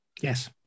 yes